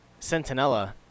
Sentinella